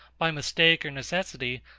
by mistake or necessity,